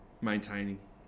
maintaining